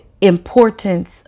importance